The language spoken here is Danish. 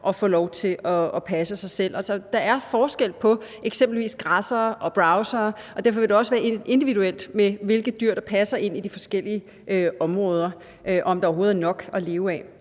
og få lov til at passe sig selv. Der er forskel på eksempelvis græssere og browsere, og derfor vil det også være individuelt, hvilke dyr der passer ind i de forskellige områder, altså om der overhovedet er nok at leve af.